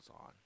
on